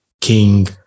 King